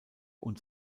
und